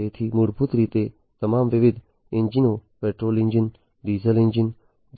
તેથી મૂળભૂત રીતે આ તમામ વિવિધ એન્જિનો પેટ્રોલ એન્જિન ડીઝલ એન્જિન